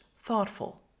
thoughtful